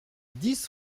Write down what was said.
dix